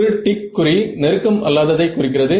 ஒரு டிக் குறி நெருக்கம் அல்லாததை குறிக்கிறது